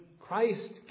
Christ